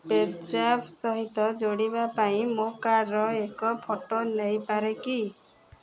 ପେଜାଆପ୍ ସହିତ ଯୋଡ଼ିବା ପାଇଁ ମୋ କାର୍ଡ଼ର ଏକ ଫଟୋ ନେଇପାରେ କି